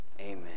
Amen